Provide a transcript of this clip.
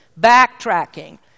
backtracking